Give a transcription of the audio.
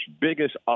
biggest